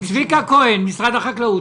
צביקה כהן ממשרד החקלאות,